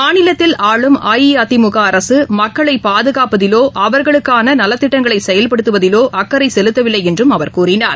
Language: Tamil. மாநிலத்தில் அஇஅதிமுகஅரசுமக்களைபாதுகாப்பதிலோ ஆளும் அவர்களுக்கானநலத்திட்டங்களைசெயல்படுத்துவதிலோஅக்கறைசெலுத்தவில்லைஎன்றுஅவத் கூறினார்